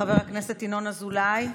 חבר הכנסת ינון אזולאי,